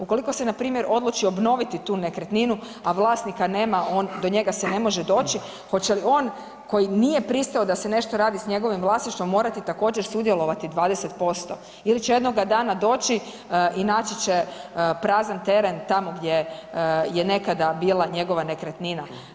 Ukoliko se npr. odluči obnoviti tu nekretninu, a vlasnika nema, do njega se ne može doći hoće li on koji nije pristao da se nešto radi s njegovim vlasništvom morati također sudjelovati 20% ili će jednoga dana doći i naći će prazan teren tamo gdje je nekada bila njegova nekretnina.